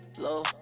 low